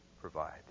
provide